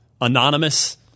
anonymous